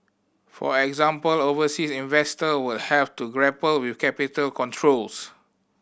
for example overseas investor would have to grapple with capital controls